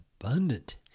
abundant